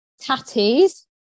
tatties